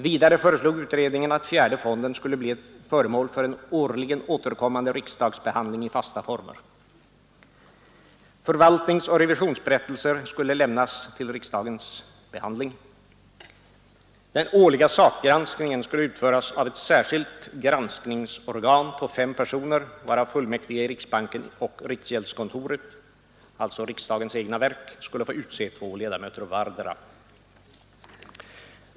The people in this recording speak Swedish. Vidare föreslog utredningen att fjärde fonden skulle bli föremål för en årligen återkommande riksdagsbehandling i fasta former. Förvaltningsoch revisionsberättelser skulle lämnas till riksdagens behandling. Den årliga sakgranskningen skulle utföras av ett särskilt granskningsorgan på fem personer, varav fullmäktige i riksbanken och riksgäldskontoret, alltså riksdagens egna verk, skulle få utse två ledamöter vardera.